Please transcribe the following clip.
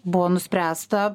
buvo nuspręsta